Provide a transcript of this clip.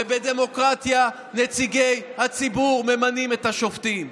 ובדמוקרטיה נציגי הציבור ממנים את השופטים.